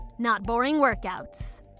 notboringworkouts